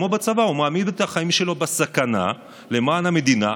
בצבא הוא מעמיד את החיים שלו בסכנה למען המדינה,